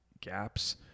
gaps